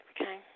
okay